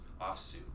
offsuit